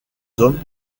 hommes